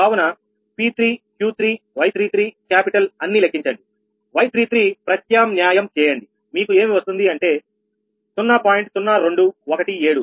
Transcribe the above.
కావున P3 Q3 Y33 capital అన్ని లెక్కించండి Y33 ప్రత్యామ్న్యాయం చేయండి మీకు ఏమి వస్తుంది అంటే 0